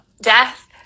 death